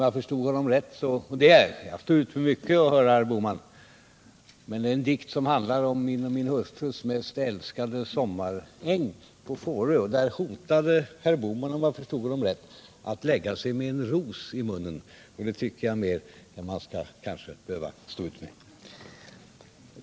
Jag står ut med mycket när jag hör herr Bohman, men när det gällde den dikt som handlar om min och min hustrus mest älskade sommarängd på Fårö hotade herr Bohman, om jag förstod honom rätt, att lägga sig med en ros i munnen, och det tycker jag kanske är mer än vad man skall behöva stå ut med.